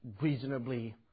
reasonably